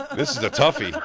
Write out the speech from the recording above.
this is a toughie.